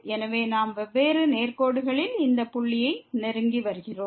எனவே நாம் வெவ்வேறு நேர்கோடுகளில் இந்த புள்ளியை நெருங்கிவருகிறோம்